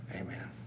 Amen